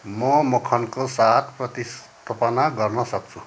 म मक्खनको साथ प्रतिस्थापन गर्नसक्छु